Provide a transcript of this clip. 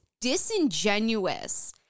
disingenuous